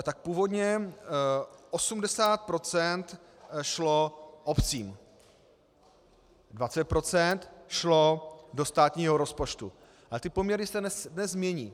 Tak původně 80 % šlo obcím, 20 % šlo do státního rozpočtu, ale ty poměry se dnes mění.